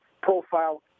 profile